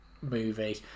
movie